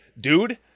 Dude